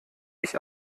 ich